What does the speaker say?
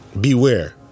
beware